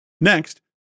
Next